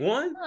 One